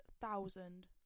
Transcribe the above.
thousand